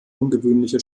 ungewöhnliche